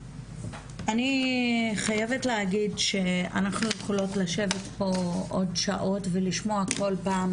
אני חייבת להגיד שאנחנו יכולות לשבת פה עוד שעות ולשמוע כל פעם,